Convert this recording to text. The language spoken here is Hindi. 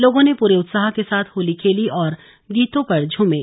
लोगों ने पूरे उत्साह के साथ होली खेली और गीतों पर झूमे